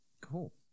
Cool